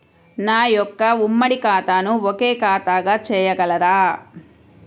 నా యొక్క ఉమ్మడి ఖాతాను ఒకే ఖాతాగా చేయగలరా?